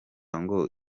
ngo